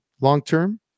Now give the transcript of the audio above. long-term